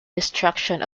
destruction